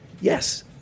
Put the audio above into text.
yes